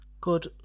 Good